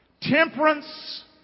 temperance